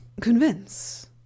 Convince